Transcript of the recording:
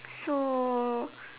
so